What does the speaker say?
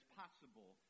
possible